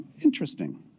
Interesting